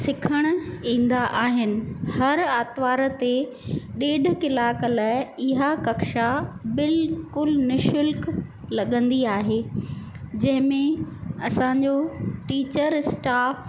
सिखणु ईंदा आहिनि हर आरितवार ते ॾेढु कलाक लाइ इहा कक्षा बिल्कुलु निशुल्क लॻंदी आहे जंहिंमें असांजो टीचर स्टाफ